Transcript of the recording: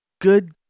good